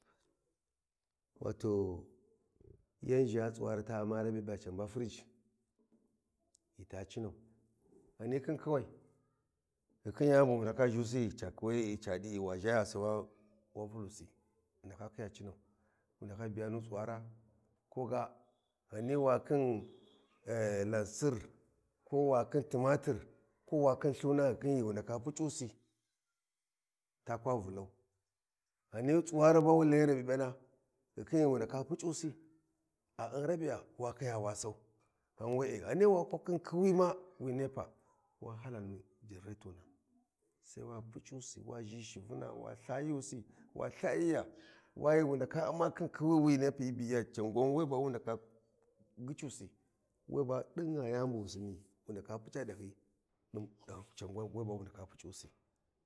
Wato yan ʒha tsuwari ta umma raɓiɓa can ba furig ghi ta cinau ghani khin khiwai ghinkhin yani yabu wa zhisu ghi ca khiwi ca ɗi e wa ʒhaya sai wa falus a ndaka khiya cinau wu ndaka biya nu tsuwara ko ga ghani wa khin Lausir ko wa khin, timatir ko wakhin lthuna ghu khin ghi wu ndaka puC’usi ta kwa vulau ghani tsuwari ba wu Layi raɓiɓya na ghu khin ghi wu ndaka PuC’usi a un raɓiɓye ya kiya wu sau ghan we’e ghani wa kwa khin khiwi ma wi nepa sai wa hala nu gannaretonna sai wa PuC’usi wa ʒhi shivina wa lthayusi wa lthayiya wa ghi wu ndaka umma khin khiwi wi nepa sai wa hala nu ganretorna sai wa PuC’usi wa ʒhi shivina wa lthayusi wa lthayiya wa ghi wu ndaka umma khin khiwi wi nepa hyi biyiya can gwan we ba wu ndaka gyiC’usi we ba ɗin gha yni bu wu sini wu ndaka PuC’a ɗahyi mun can gwan we ba wu ndaka PuC’usi.